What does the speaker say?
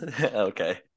Okay